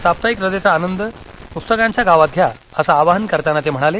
साप्ताहिक रजेचा आनंद पुस्तकांच्या गावात घ्या असं आवाहन करताना ते म्हणाले